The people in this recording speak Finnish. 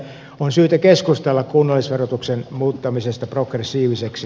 on syytä keskustella kunnallisverotuksen muuttamisesta progressiiviseksi